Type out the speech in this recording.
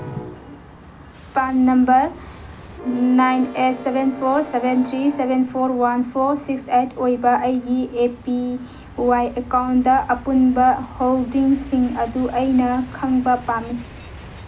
PRAN number nine eight seven four seven three seven four one four six eight ꯑꯣꯏꯕ ꯑꯩꯒꯤ A P Y account ꯑꯄꯨꯟꯕ ꯍꯣꯜꯗꯤꯡꯁꯤꯡ ꯑꯗꯨ ꯑꯩꯅ ꯈꯪꯕ ꯄꯥꯝꯃꯤ